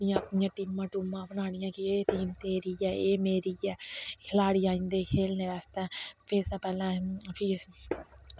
इयां टीमां टूमां बनानियां कि एह् टीम तेरी एह् मेरी ऐ खलाढ़ी आई जंदे हे खेलने आस्तै फ्ही असें पैह्लैं फ्ही